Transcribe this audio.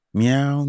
meow